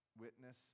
Witness